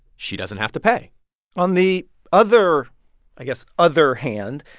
she doesn't have to pay on the other i guess other hand,